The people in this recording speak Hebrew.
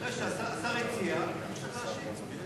השר הציע, אני צריך להשיב.